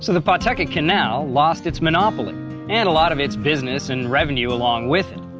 the pawtucket canal lost its monopoly and a lot of its business and revenue along with it.